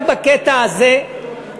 רק בקטע הזה,